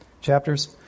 chapters